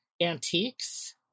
antiques